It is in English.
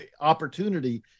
opportunity